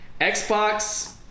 xbox